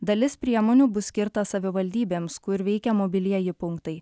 dalis priemonių bus skirta savivaldybėms kur veikia mobilieji punktai